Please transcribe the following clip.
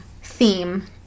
theme